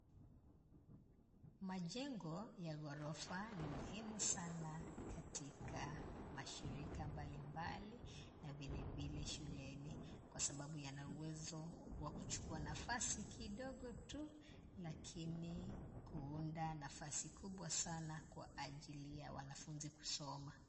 Majengo ya ghorofa ni muhimu sana katika mashirika mbalimbali na vilevile shuleni kwa sababu yana uwezo wa kuchukua nafasi kidogo tu lakini kuunda nafasi kubwa sana kwa ajili ya wanafunzi kusoma.